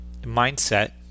mindset